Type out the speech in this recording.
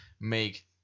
make